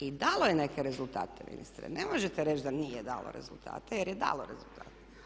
I dalo je neke rezultate ministre, ne možete reći da nije dalo rezultate jer je dalo rezultate.